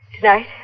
Tonight